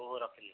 ହ ହଉ ରଖିଲି